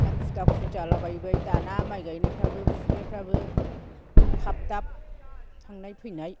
हाखु दाखु जालाबाय बाय दाना माइ गायनायफ्राबो फुनायफ्राबो खाब दाब थांनाय फैनाय